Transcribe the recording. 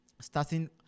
starting